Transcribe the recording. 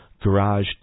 garage